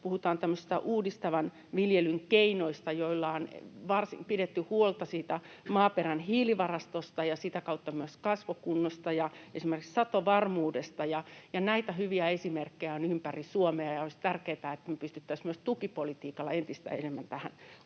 Puhutaan uudistavan viljelyn keinoista, joilla on pidetty huolta siitä maaperän hiilivarastosta ja sitä kautta myös kasvukunnosta ja esimerkiksi satovarmuudesta. Näitä hyviä esimerkkejä on ympäri Suomea, ja olisi tärkeätä, että me pystyttäisiin myös tukipolitiikalla entistä enemmän tähän ohjaamaan,